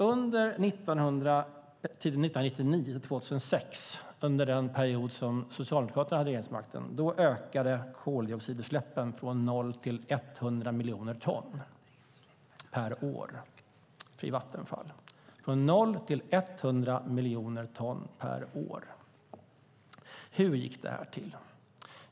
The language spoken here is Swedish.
Mellan 1999 och 2006, den period då Socialdemokraterna hade regeringsmakten, ökade koldioxidutsläppen från 0 till 100 miljoner ton per år i Vattenfall. Hur gick det till?